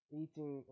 eating